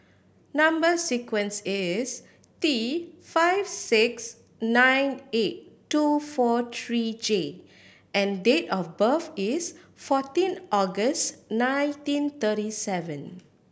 number sequence is T five six nine eight two four three J and date of birth is fourteen August nineteen thirty seven